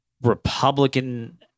Republican